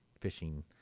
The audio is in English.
fishing